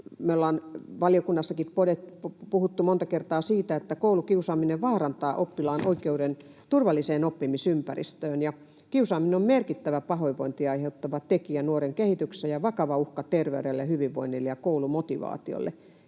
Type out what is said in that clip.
Me ollaan valiokunnassakin puhuttu monta kertaa siitä, että koulukiusaaminen vaarantaa oppilaan oikeuden turvalliseen oppimisympäristöön ja kiusaaminen on merkittävä pahoinvointia aiheuttava tekijä nuoren kehityksessä ja vakava uhka terveydelle, hyvinvoinnille ja koulumotivaatiolle.